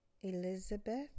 Elizabeth